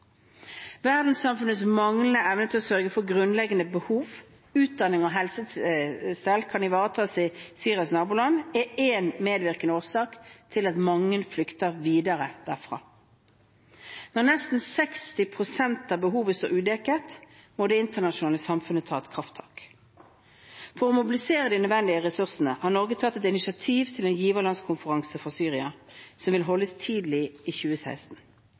Verdenssamfunnets manglende evne til å sørge for at grunnleggende behov, utdanning og helsestell kan ivaretas i Syrias naboland, er en medvirkende årsak til at mange flykter videre derfra. Når nesten 60 pst. av behovet står udekket, må det internasjonale samfunnet ta et krafttak. For å mobilisere de nødvendige ressursene har Norge tatt et initiativ til en giverlandskonferanse for Syria, som vil holdes tidlig i 2016.